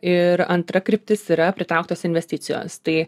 ir antra kryptis yra pritrauktos investicijos tai